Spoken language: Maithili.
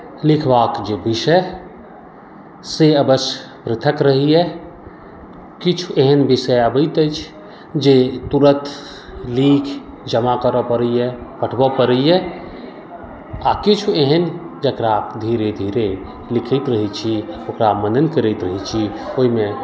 लिखबाक जे विषय से अवश्य पृथक रहैए किछु एहन विषय अबैत अछि जे तुरन्त लीखि जमा करय पड़ैए पठबय पड़ैए आ किछु एहन जकरा धीरे धीरे लिखैत रहैत छी ओकरा मनन करैत रहैत छी ओहिमे